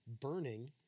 burning